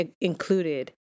included